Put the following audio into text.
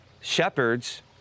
Shepherds